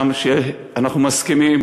עם חיוך מסוים,